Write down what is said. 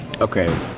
Okay